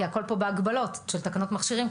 כי הכל פה בהגבלות של תקנות מכשירים,